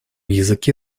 языке